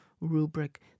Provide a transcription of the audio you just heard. rubric